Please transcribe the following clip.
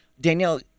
Danielle